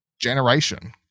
generation